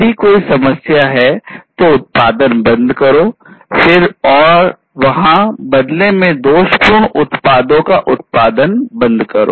यदि कोई समस्या है तो उत्पादन बंद करो फिर और वहाँ बदले में दोषपूर्ण उत्पादों का उत्पादन बंद करो